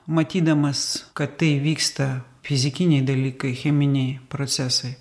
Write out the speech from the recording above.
matydamas kad tai vyksta fizikiniai dalykai cheminiai procesai